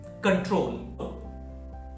control